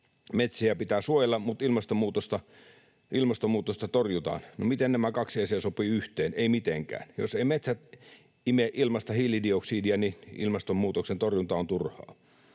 metsiä pitää suojella, mutta ilmastonmuutosta torjutaan. No miten nämä kaksi asiaa sopivat yhteen? Eivät mitenkään: jos eivät metsät ime ilmasta hiilidioksidia, ilmastonmuutoksen torjunta on turhaa.